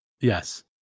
Yes